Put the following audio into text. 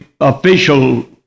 official